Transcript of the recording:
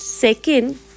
Second